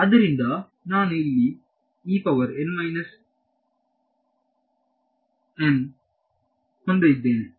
ಆದ್ದರಿಂದ ನಾನು ಇಲ್ಲಿ ಹೊಂದಿದ್ದೇನೆ